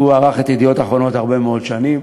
הוא ערך את "ידיעות אחרונות" הרבה מאוד שנים.